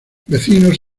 vecinos